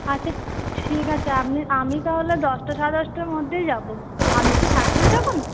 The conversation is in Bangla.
আচ্ছা ঠিক আছে আপনি আমি তাহলে দশটা সাড়ে দশটার মধ্যেই যাবো আপনি কি থাকবেন তখন